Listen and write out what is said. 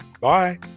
Bye